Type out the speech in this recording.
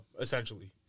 essentially